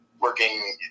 working